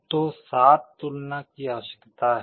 तो 7 तुलना की आवश्यकता है